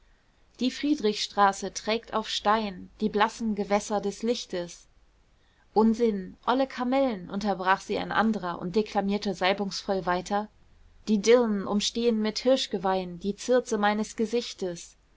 die friedrichstraße trägt auf stein die blassen gewässer des lichtes unsinn olle kamellen unterbrach sie ein anderer und deklamierte salbungsvoll weiter die dirnen umstehen mit hirschgeweihn die circe meines gesichtes